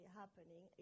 happening